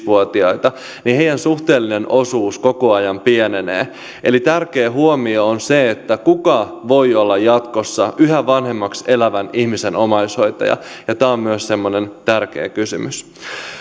vuotiaita niin heidän suhteellinen osuutensa koko ajan pienenee eli tärkeä huomio on se että kuka voi olla jatkossa yhä vanhemmaksi elävän ihmisen omaishoitaja tämä on myös semmoinen tärkeä kysymys